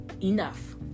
enough